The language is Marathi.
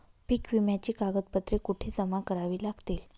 पीक विम्याची कागदपत्रे कुठे जमा करावी लागतील?